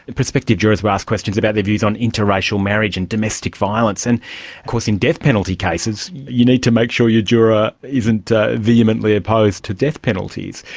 prospective jurors were asked questions about their views on interracial marriage and domestic violence. and of course in death penalty cases you need to make sure your juror isn't vehemently opposed to death penalties.